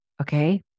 Okay